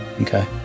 Okay